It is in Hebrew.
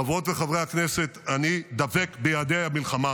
חברות וחברי הכנסת, אני דבק ביעדי המלחמה.